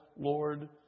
Lord